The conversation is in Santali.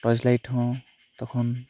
ᱴᱚᱨᱪ ᱞᱟᱹᱭᱤᱴ ᱦᱚᱸ ᱛᱚᱠᱷᱚᱱ